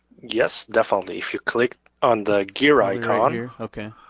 yes, definitely. if you click on the gear icon. okay,